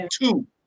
two